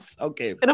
Okay